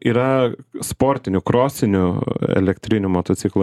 yra sportinių krosinių elektrinių motociklų